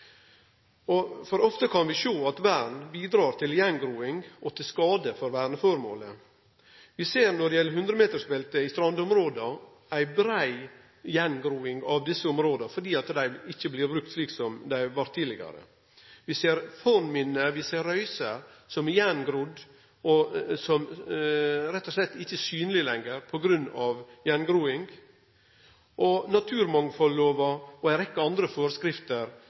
for ofte kan vi sjå at vern bidreg til gjengroing og er til skade for verneformålet. Vi ser når det gjeld hundremetersbeltet i strandområda, ei brei gjengroing av desse områda, fordi dei ikkje blir brukte slik som tidlegare. Vi ser fornminne, vi ser røyser som er gjengrodde – som rett og slett ikkje er synlege lenger på grunn av gjengroing. Naturmangfoldloven og ei rekkje andre